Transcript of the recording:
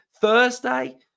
Thursday